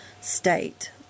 state